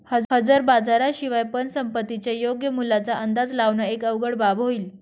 हजर बाजारा शिवाय पण संपत्तीच्या योग्य मूल्याचा अंदाज लावण एक अवघड बाब होईल